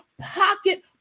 pocket